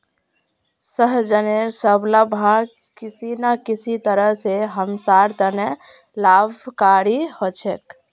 सहजनेर सब ला भाग किसी न किसी तरह स हमसार त न लाभकारी ह छेक